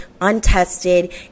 untested